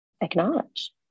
acknowledge